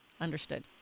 understood